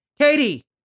Katie